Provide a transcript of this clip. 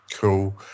Cool